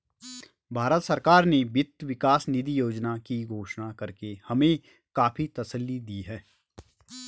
भारत सरकार ने वित्त विकास निधि योजना की घोषणा करके हमें काफी तसल्ली दी है